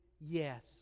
yes